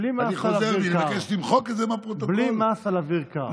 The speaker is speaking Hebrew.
בלי מס על אוויר קר.